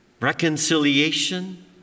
reconciliation